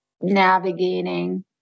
navigating